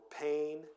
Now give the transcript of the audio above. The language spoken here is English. pain